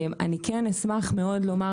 אני כן מאוד אשמח לומר,